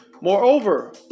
Moreover